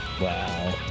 Wow